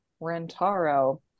Rentaro